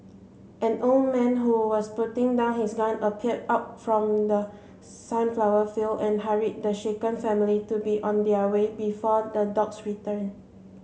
an old man who was putting down his gun appeared out from the sunflower fields and hurried the shaken family to be on their way before the dogs return